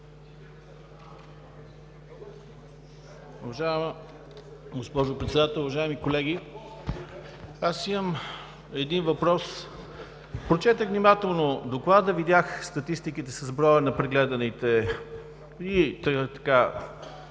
Уважаема госпожо Председател, уважаеми колеги! Аз имам един въпрос. Прочетох внимателно доклада. Видях статистиките с броя на прегледаните и всички